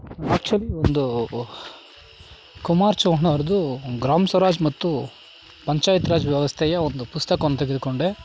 actually ಒಂದು ಕುಮಾರ್ ಚೌಹಾನ್ ಅವ್ರದು ಗ್ರಾಮ್ ಸ್ವರಾಜ್ ಮತ್ತು ಪಂಚಾಯತ್ ರಾಜ್ ವ್ಯವಸ್ಥೆಯ ಒಂದು ಪುಸ್ತಕವನ್ನು ತೆಗೆದುಕೊಂಡೆ